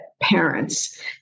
parents